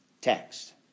text